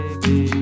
Baby